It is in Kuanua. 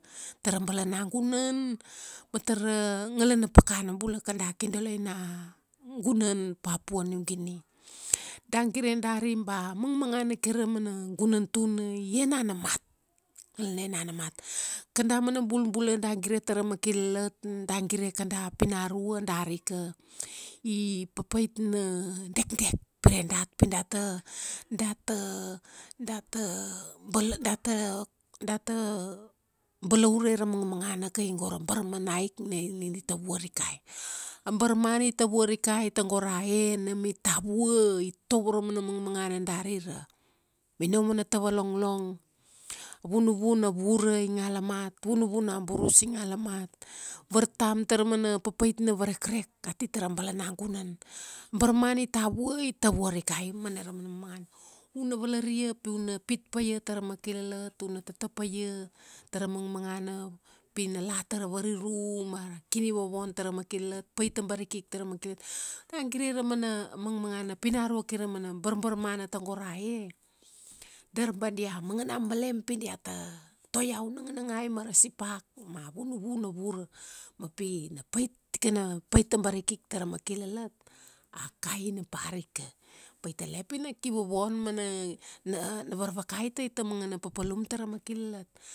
tara balanagunan, ma tara, nagalana pakana bula, kada kidoloina, gunan Papua New Guinea. Da gire dari ba mangmangana kaira mana gunan tuna i enana mat. I enena mat. Kada mana bul bula da gire tara makilalat, da gire kada pinarua, darika, i papait na dekdek pire dat pi data, data, data, bal, data data balaure ra mangmangana kai go ra barmanaik na di tauva rikai. A barmana i tavua rikai tago ra e, nam i tavua, i tovo ra mana mangmangana dari ra minomo na tava longlong, a vunuvu na vura i ngala mat, vunuvu na burus i ngala mat, vartam tara mana papait na varekrek ati tara balanagunan. Barmana i tavua, i tavua rikai ma na ra mana mangmangana. Una valria pi una pit paia tara mailalat, una tata paia tara mangmangana, pi na la tara variru ma kini vovon tara makilalat, pait tabarikik tara makilalat. Da gire ra mana, a mangmangana, pinarua kaira mana barbarmana tago ra e, dar ba dia mangana melem pi diata, toiau nanganangai mara sipak ma vunuvu na vura. Ma pi na pait tikana, pait tabarikik tara makilalat, a kaina parika. Paitele pina kivovon mana, na, na varvakai tai tamangana papalum tara makilalat.